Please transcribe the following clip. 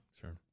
Sure